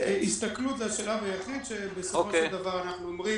ההסתכלות זה השלב היחיד שבסופו של דבר אנחנו אומרים: